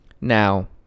now